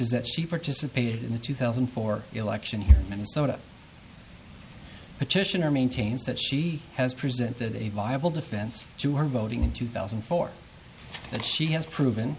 is that she participated in the two thousand and four election here in minnesota petitioner maintains that she has presented a viable defense to her voting in two thousand and four that she has proven